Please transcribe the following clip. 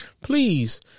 please